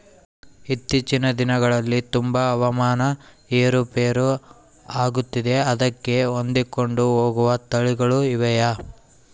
ಇತ್ತೇಚಿನ ದಿನಗಳಲ್ಲಿ ತುಂಬಾ ಹವಾಮಾನ ಏರು ಪೇರು ಆಗುತ್ತಿದೆ ಅದಕ್ಕೆ ಹೊಂದಿಕೊಂಡು ಹೋಗುವ ತಳಿಗಳು ಇವೆಯಾ?